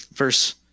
Verse